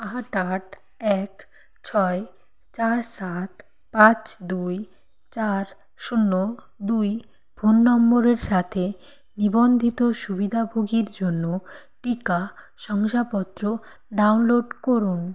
আট আট এক ছয় চার সাত পাঁচ দুই চার শূন্য দুই ফোন নম্বরের সাথে নিবন্ধিত সুবিধাভোগীর জন্য টিকা শংসাপত্র ডাউনলোড করুন